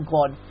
God